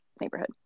neighborhood